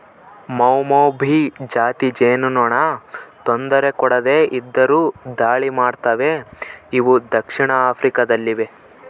ಮೌಮೌಭಿ ಜಾತಿ ಜೇನುನೊಣ ತೊಂದರೆ ಕೊಡದೆ ಇದ್ದರು ದಾಳಿ ಮಾಡ್ತವೆ ಇವು ದಕ್ಷಿಣ ಆಫ್ರಿಕಾ ದಲ್ಲಿವೆ